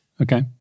Okay